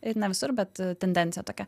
ir ne visur bet tendencija tokia